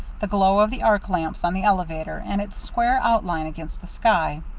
the glow of the arc lamps on the elevator, and its square outline against the sky.